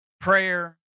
Prayer